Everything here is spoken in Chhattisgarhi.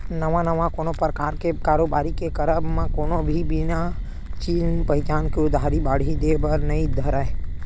नवा नवा कोनो परकार के कारोबारी के करब म कोनो भी बिना चिन पहिचान के उधारी बाड़ही देय बर नइ धरय